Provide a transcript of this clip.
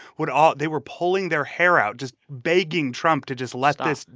would all they were pulling their hair out just begging trump to just let this.